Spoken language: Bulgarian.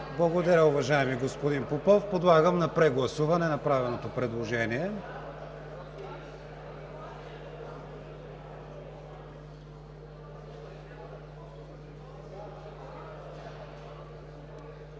Благодаря, уважаеми господин Попов. Подлагам на прегласуване направеното предложение.